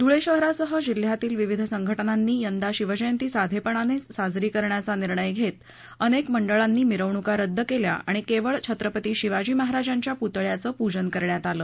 धुळे शहरासह जिल्ह्यातील विविध संघटनानी यंदा शिवजयंती साधेपणाने साजरी करण्याचा निर्णय घेत अनेक मंडळांनी मिरवणुका रद्द केल्या आणि केवळ छत्रपती शिवाजी महाराजांच्या पुतळ्याचं पूजन करण्यात आलं